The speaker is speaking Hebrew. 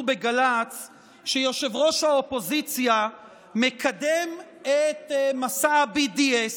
בגל"צ שראש האופוזיציה מקדם את מסע ה-BDS.